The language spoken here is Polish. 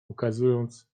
ukazując